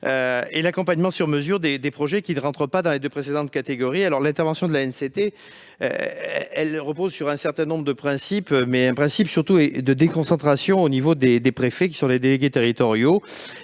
un accompagnement sur mesure des projets qui n'entrent pas dans les deux précédentes catégories. L'intervention de cette agence repose un certain nombre de principes, mais surtout sur une méthode de déconcentration au niveau des préfets, qui en sont les délégués territoriaux,